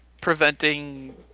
preventing